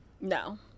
No